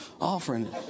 offering